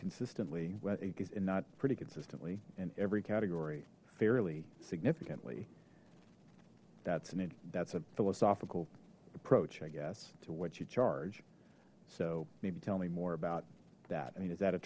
consistently well inc is it not pretty consistently in every category fairly significantly that's an it that's a philosophical approach i guess to what you charge so maybe tell me more about that i mean is that a